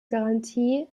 garantie